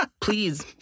please